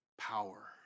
power